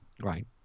Right